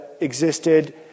existed